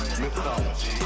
mythology